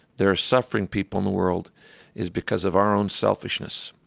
there are suffering people in the world is because of our own selfishness.